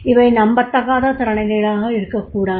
இவை நம்பத்தகாத தரநிலைகளாக இருக்ககூடாது